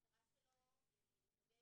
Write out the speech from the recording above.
המטרה שלו היא הורים.